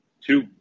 Two